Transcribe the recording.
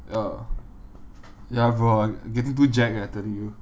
ya ya bro I'm getting too jacked eh telling you